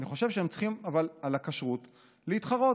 אבל אני חושב שעל הכשרות הם צריכים להתחרות.